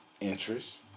interest